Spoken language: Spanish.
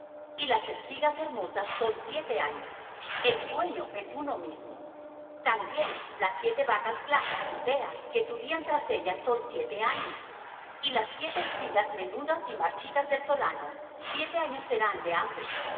y las espigas hermosas son siete años el sueño es uno mismo también las siete vacas flacas y feas que subían tras ellas son siete años y las siete espigas menudas y marchitas del solano siete años serán de hambre